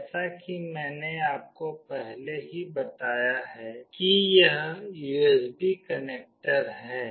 जैसा कि मैंने आपको पहले ही बताया है कि यह USB कनेक्टर है